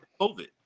COVID